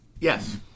yes